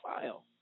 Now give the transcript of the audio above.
file